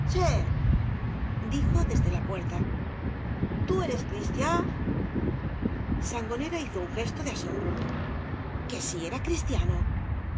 dijo desde la puerta ttí eies cristiá sangonera hizo un gesto de asombro que si era crietiano